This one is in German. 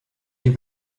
die